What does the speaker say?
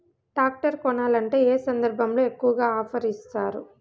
Tractor కొనాలంటే ఏ సందర్భంలో ఎక్కువగా ఆఫర్ ఇస్తారు?